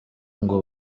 ngo